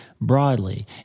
broadly